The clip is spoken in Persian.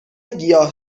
گیاه